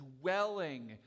dwelling